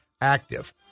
active